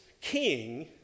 king